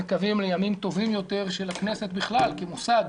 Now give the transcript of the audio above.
מקווים לימים טובים יותר של הכנסת בכלל כמוסד